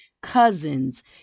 cousins